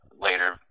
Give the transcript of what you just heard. later